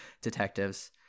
detectives